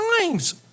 times